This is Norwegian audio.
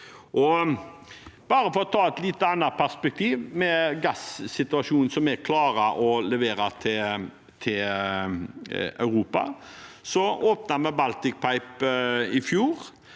plass. For å ta et litt annet perspektiv, med gassituasjonen og at vi klarer å levere til Europa: Vi åpnet Baltic Pipe i fjor.